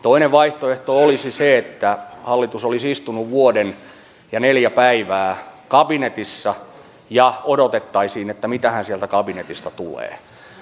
toinen vaihtoehto olisi se että hallitus olisi istunut vuoden ja neljä päivää kabinetissa ja odotettaisiin mitähän sieltä kabinetista tulee